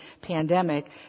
pandemic